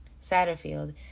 Satterfield